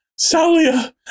Salia